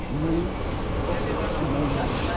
हिन समय में